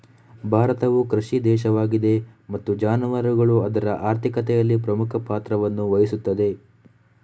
ಭಾರತವು ಕೃಷಿ ದೇಶವಾಗಿದೆ ಮತ್ತು ಜಾನುವಾರುಗಳು ಅದರ ಆರ್ಥಿಕತೆಯಲ್ಲಿ ಪ್ರಮುಖ ಪಾತ್ರವನ್ನು ವಹಿಸುತ್ತವೆ